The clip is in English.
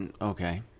Okay